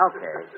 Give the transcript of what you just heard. Okay